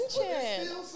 attention